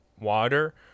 water